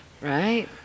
right